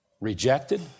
rejected